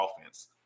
offense